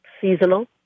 seasonal